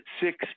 six